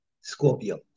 Scorpio